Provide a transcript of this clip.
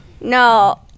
No